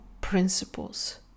principles